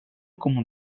como